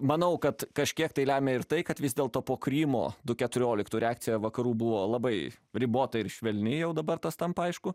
manau kad kažkiek tai lemia ir tai kad vis dėlto po krymo du keturioliktų reakcija vakarų buvo labai ribota ir švelni jau dabar tas tampa aišku